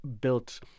built